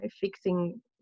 fixing